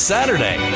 Saturday